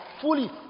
fully